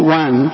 one